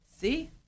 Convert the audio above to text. See